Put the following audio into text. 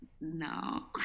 no